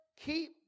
keep